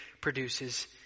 produces